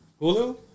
Hulu